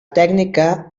tècnica